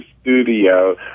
studio